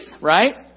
right